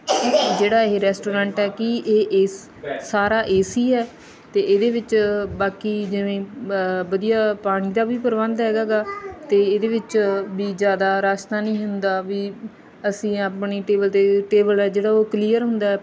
ਜਿਹੜਾ ਇਹ ਰੈਸਟੋਰੈਂਟ ਹੈ ਕੀ ਇਹ ਇਸ ਸਾਰਾ ਏਸੀ ਹੈ ਅਤੇ ਇਹਦੇ ਵਿੱਚ ਬਾਕੀ ਜਿਵੇਂ ਵਧੀਆ ਪਾਣੀ ਦਾ ਵੀ ਪ੍ਰਬੰਧ ਹੈਗਾ ਗਾ ਅਤੇ ਇਹਦੇ ਵਿੱਚ ਵੀ ਜ਼ਿਆਦਾ ਰੱਸ਼ ਤਾਂ ਨਹੀਂ ਹੁੰਦਾ ਵੀ ਅਸੀਂ ਆਪਣੀ ਟੇਬਲ ਦੇ ਟੇਬਲ ਆ ਜਿਹੜਾ ਉਹ ਕਲੀਅਰ ਹੁੰਦਾ